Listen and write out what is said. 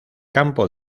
campo